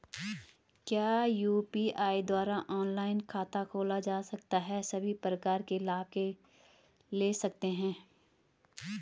क्या यु.पी.आई द्वारा ऑनलाइन खाता खोला जा सकता है सभी प्रकार के लाभ ले सकते हैं?